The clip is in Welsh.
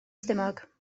stumog